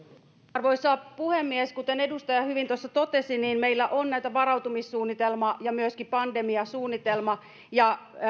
arvoisa puhemies kuten edustaja hyvin tuossa totesi meillä on varautumissuunnitelma ja myöskin pandemiasuunnitelma ja